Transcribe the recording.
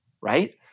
right